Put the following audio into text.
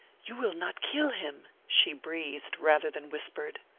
you will not kill him? she breathed rather than whispered.